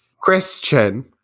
Christian